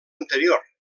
anterior